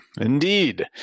Indeed